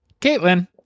Caitlin